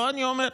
לא אני אומר,